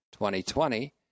2020